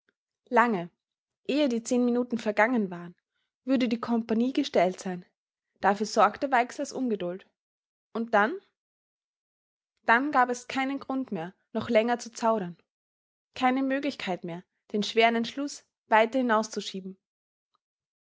lange ehe die zehn minuten vergangen waren würde die kompagnie gestellt sein dafür sorgte weixlers ungeduld und dann dann gab es keinen grund mehr noch länger zu zaudern keine möglichkeit mehr den schweren entschluß weiter hinauszuschieben